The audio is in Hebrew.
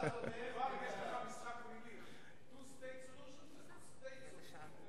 כבר יש לך משחק מלים: two stage solution ו-two state solution.